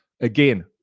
Again